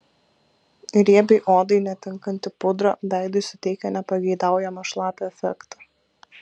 riebiai odai netinkanti pudra veidui suteikia nepageidaujamą šlapią efektą